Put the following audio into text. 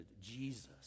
Jesus